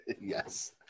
Yes